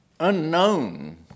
unknown